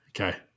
Okay